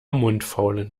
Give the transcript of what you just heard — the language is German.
mundfaulen